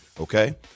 okay